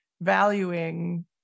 valuing